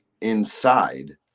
inside